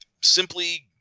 simply